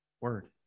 word